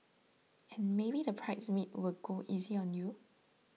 and maybe the bridesmaid will go easy on you